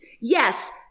Yes